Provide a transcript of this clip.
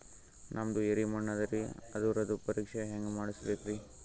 ನಮ್ದು ಎರಿ ಮಣ್ಣದರಿ, ಅದರದು ಪರೀಕ್ಷಾ ಹ್ಯಾಂಗ್ ಮಾಡಿಸ್ಬೇಕ್ರಿ?